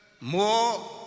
more